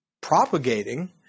propagating